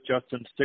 Justin